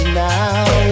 now